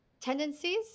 tendencies